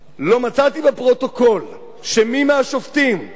לא מצאתי בפרוטוקול שמי מהשופטים או